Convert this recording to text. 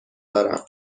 دارم